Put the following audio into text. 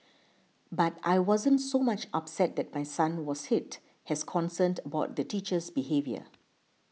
but I wasn't so much upset that my son was hit as concerned about the teacher's behaviour